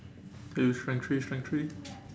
eh you strength three strength three